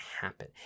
happen